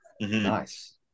Nice